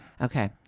Okay